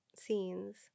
scenes